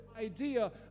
idea